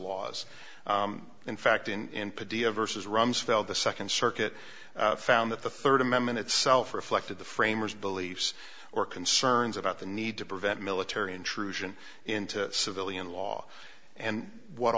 laws in fact in india versus rumsfeld the second circuit found that the third amendment itself reflected the framers beliefs or concerns about the need to prevent military intrusion into civilian law and what